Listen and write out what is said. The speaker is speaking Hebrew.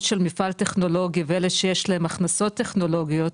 של מפעל טכנולוגי ואלה שיש להם הכנסות טכנולוגיות,